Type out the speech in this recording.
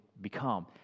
become